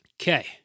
Okay